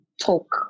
talk